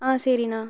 ஆ சரிணா